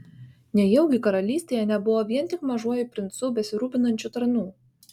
nejaugi karalystėje nebuvo vien tik mažuoju princu besirūpinančių tarnų